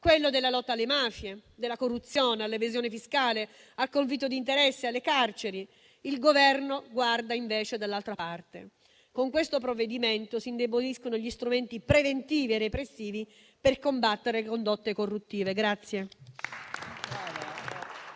quello della lotta alle mafie, dalla corruzione all'evasione fiscale, al conflitto di interessi e alle carceri. Il Governo guarda invece dall'altra parte. Con questo provvedimento si indeboliscono gli strumenti preventivi e repressivi per combattere condotte corruttive.